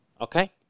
Okay